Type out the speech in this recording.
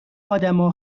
ادما